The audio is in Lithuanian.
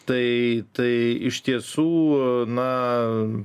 tai tai iš tiesų na